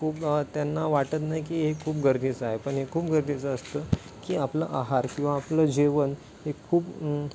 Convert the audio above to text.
खूप त्यांना वाटत नाही की हे खूप गरजेचं आहे पण हे खूप गरजेचं असतं की आपलं आहार किंवा आपलं जेवण हे खूप